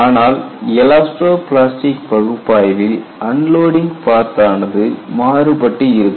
ஆனால் elastoplastic பகுப்பாய்வில் unloading path ஆனது மாறுபட்டு இருக்கும்